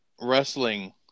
wrestling